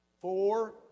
four